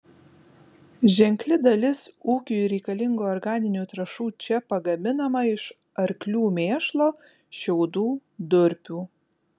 ženkli dalis ūkiui reikalingų organinių trąšų čia pagaminama iš arklių mėšlo šiaudų durpių